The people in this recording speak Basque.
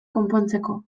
konpontzeko